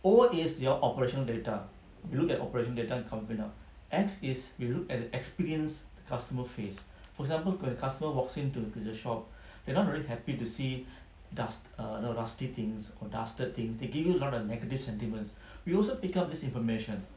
O is your operational data you look at operation data and company product X is we look at the experience the customer face for example when the customer walks into the shop they are not really happy to see dust err no rusty things or dusted thing they give you a lot of negative sentiments we also pick up this information